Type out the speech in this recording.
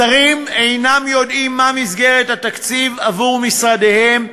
השרים אינם יודעים מהי מסגרת התקציב עבור משרדיהם,